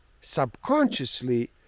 subconsciously